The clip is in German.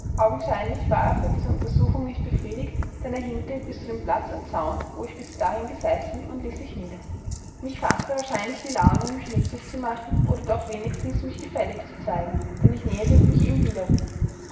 augenscheinlich war er von dieser untersuchung nicht befriedigt denn er hinkte bis zu dem platz am zaun wo ich bis dahin gesessen und ließ sich nieder mich faßte wahrscheinlich die laune mich nützlich zu machen oder doch wenigstens mich gefällig zu zeigen denn ich näherte mich ihm wiederum